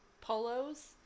polos